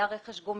היה רכש גומלין,